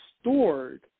stored